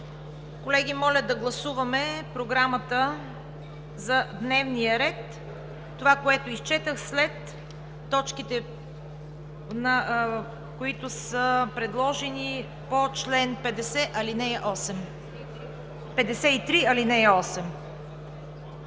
Колеги, моля да гласуваме Програмата за дневния ред – това, което изчетох след точките, които са предложени по чл. 53, ал. 8.